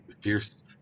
fierce